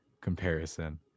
comparison